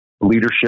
leadership